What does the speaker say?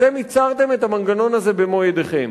אתם ייצרתם את המנגנון הזה במו-ידיכם.